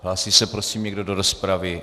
Hlásí se prosím někdo do rozpravy?